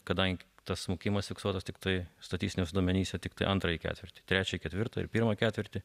kadangi tas smukimas fiksuotas tiktai statistiniuose duomenyse tiktai antrąjį ketvirtį trečią ketvirtą ir pirmą ketvirtį